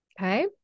Okay